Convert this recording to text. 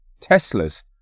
Teslas